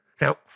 Now